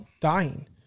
dying